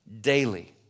daily